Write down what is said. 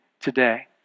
today